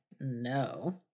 No